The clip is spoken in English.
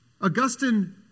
Augustine